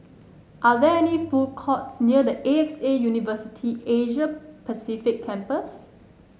are there food courts or restaurants near A X A University Asia Pacific Campus